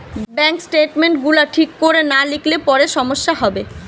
bank statement গুলা ঠিক কোরে না লিখলে পরে সমস্যা হবে